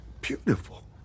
beautiful